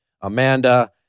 Amanda